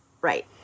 right